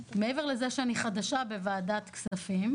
מעבר לזה שאני חדשה בוועדת כספים.